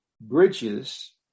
bridges